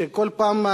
שכל פעם,